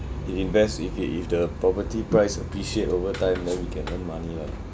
in~ invest if it if the property price appreciate over time then we can earn money lah